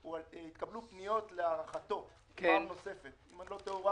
התקבלו פניות להארכתו פעם נוספת אם אני לא טועה,